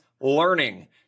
Learning